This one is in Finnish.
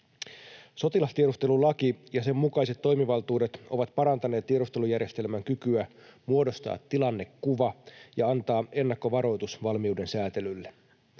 Sotilastiedustelulaki ja sen mukaiset toimivaltuudet ovat parantaneet tiedustelujärjestelmän kykyä muodostaa tilannekuva ja antaa ennakkovaroitus valmiuden säätelylle.